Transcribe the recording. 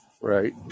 Right